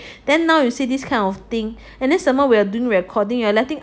then now you say this kind of thing and then we are doing recording err you are letting